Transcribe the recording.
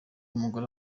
umugore